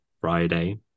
Friday